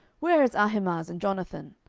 where is ahimaaz and jonathan?